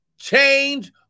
change